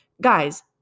Guys